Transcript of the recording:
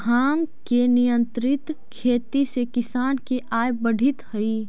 भाँग के नियंत्रित खेती से किसान के आय बढ़ित हइ